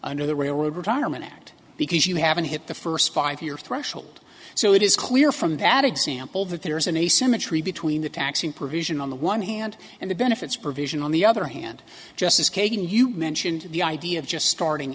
under the railroad retirement act because you haven't hit the first five year threshold so it is clear from that example that there is an asymmetry between the taxing provision on the one hand and the benefits provision on the other hand justice kagan you mentioned the idea of just starting